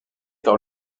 par